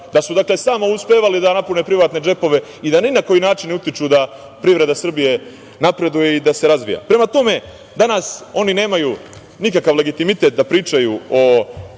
da su uspevali samo da napune privatne džepove i da ni na koji način ne utiču da privreda Srbije napreduje i da se razvija. Prema tome, danas oni nemaju nikakav legitimitet da pričaju o